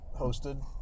hosted